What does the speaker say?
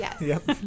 Yes